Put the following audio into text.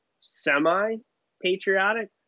semi-patriotic